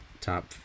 top